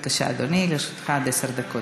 בבקשה, אדוני, גם לרשותך עד עשר דקות.